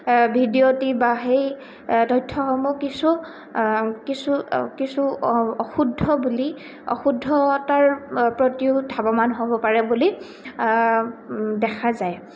ভিডিঅ'টি বা সেই তথ্যসমূহ কিছু কিছু কিছু অশুদ্ধ বুলি অশুদ্ধতাৰ প্ৰতিও ধাৱমান হ'ব পাৰে বুলি দেখা যায়